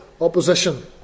opposition